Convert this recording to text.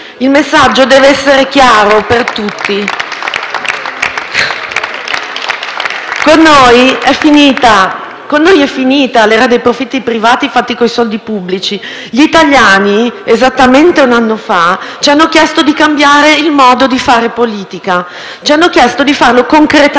Il messaggio deve essere chiaro per tutti: con noi è finita l'era dei profitti privati fatti coi soldi pubblici. Gli italiani, esattamente un anno fa, ci hanno chiesto di cambiare il modo di fare politica; ci hanno chiesto di farlo concretamente,